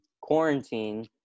quarantine